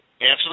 Answer